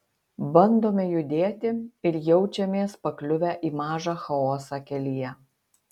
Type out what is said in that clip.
bandome judėti ir jaučiamės pakliuvę į mažą chaosą kelyje